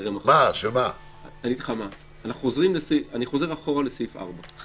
אני חוזר אחורה לסעיף 4,